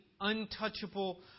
untouchable